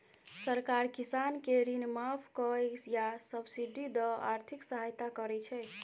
सरकार किसान केँ ऋण माफ कए या सब्सिडी दए आर्थिक सहायता करै छै